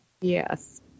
Yes